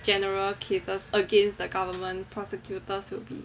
general cases against the government prosecutors would be